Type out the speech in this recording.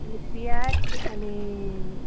अनि प्याच अनि